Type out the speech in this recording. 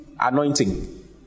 anointing